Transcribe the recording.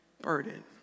burden